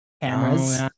cameras